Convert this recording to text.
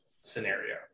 scenario